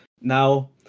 now